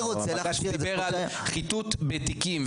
אני רוצה להחזיר --- בג"צ דיבר על חיטוט בתיקים,